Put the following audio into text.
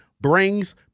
brings